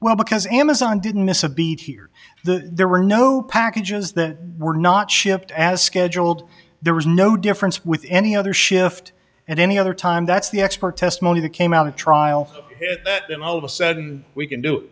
well because amazon didn't miss a beat here there were no packages that were not shipped as scheduled there was no difference with any other shift and any other time that's the expert testimony that came out at trial and all of a sudden we can do